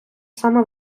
саме